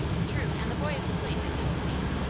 true and the boy is asleep, as you will see.